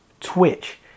Twitch